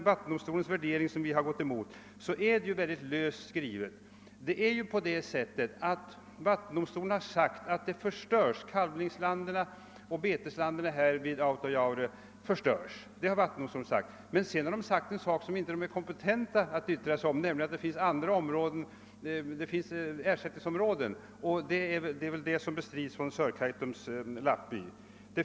Vattendomstolens värdering, som vi har gått emot, är mycket löst skriven. Vattendomstolen har sagt att kalvningslanden och beteslanden vid Autajaure förstörs. Men sedan har den sagt en sak som den inte är kompetent att yttra sig om, nämligen att det finns ersättningsområden. Detta bestrids från Sörkaitums lappby.